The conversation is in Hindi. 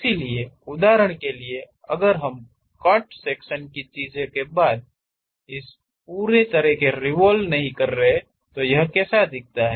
इसलिए उदाहरण के लिए अगर हम कट सेक्शन की चीज़ के बाद इस पूरे तरह से रिवोल्व नहीं कर रहे हैं तो यह कैसा दिखता है